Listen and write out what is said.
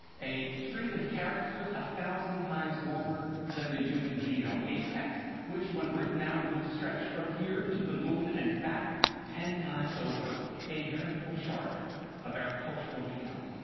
a string of of characters a thousand times longer than the human genome a text which, when written out, would stretch from here to the moon and back ten times over a veritable shard of our cultural genome.